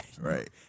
Right